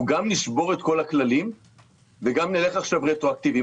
גם נשבור את כל הכללים וגם נלך עכשיו רטרואקטיבית.